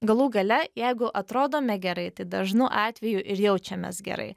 galų gale jeigu atrodome gerai tai dažnu atveju ir jaučiamės gerai